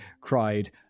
cried